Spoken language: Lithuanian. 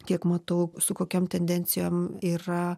kiek matau su kokiom tendencijom yra